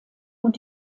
und